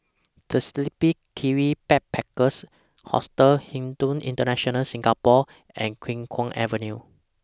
The Sleepy Kiwi Backpackers Hostel Hilton International Singapore and Khiang Guan Avenue